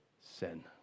sin